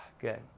Good